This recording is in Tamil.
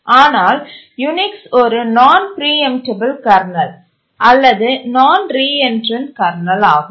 ஆனால் யூனிக்ஸ் ஒரு நான் பிரீஎம்டபல் கர்னல் அல்லது நான் ரீஎன்ட்ரென்ட் கர்னல் ஆகும்